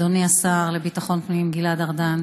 אדוני השר לביטחון פנים גלעד ארדן,